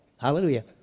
Hallelujah